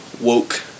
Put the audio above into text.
Woke